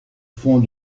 fond